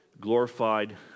glorified